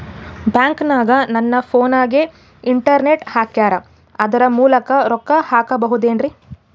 ಬ್ಯಾಂಕನಗ ನನ್ನ ಫೋನಗೆ ಇಂಟರ್ನೆಟ್ ಹಾಕ್ಯಾರ ಅದರ ಮೂಲಕ ರೊಕ್ಕ ಹಾಕಬಹುದೇನ್ರಿ?